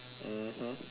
mmhmm